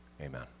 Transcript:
amen